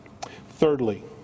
Thirdly